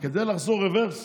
כדי לחזור רוורס